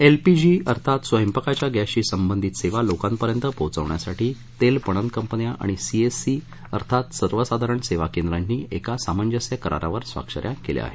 LPG अर्थात स्वयंपाकाच्या गॅसशी संबधित सेवा लोकांपर्यंत पोचवण्यासाठी तेल पणन कंपन्या आणि सी एस सी अर्थात सर्वसाधरण सेवा केंद्रांची एका सांमजस्थ करारावर स्वाक्ष या केल्या आहेत